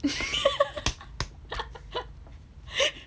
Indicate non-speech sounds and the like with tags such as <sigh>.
<laughs>